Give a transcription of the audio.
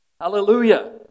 Hallelujah